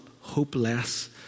hopeless